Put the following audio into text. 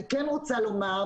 אני כן רוצה לומר,